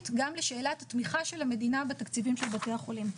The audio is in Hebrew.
גם לשאלת התמיכה של המדינה בתקציבים של בתי החולים.